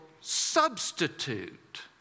substitute